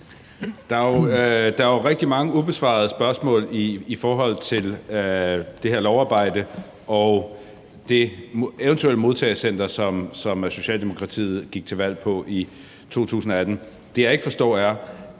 Der er jo rigtig mange ubesvarede spørgsmål i forhold til det her lovarbejde og det eventuelle modtagecenter, som Socialdemokratiet gik til valg på i 2018. Det, jeg ikke forstår, er